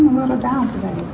little down